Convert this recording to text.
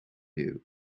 you